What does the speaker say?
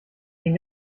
den